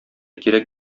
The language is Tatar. кирәк